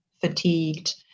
fatigued